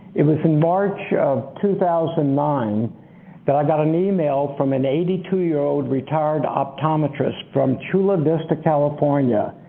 it was in march of two thousand and nine that i got an email from an eighty two year old retired optometrist from chula vista, california,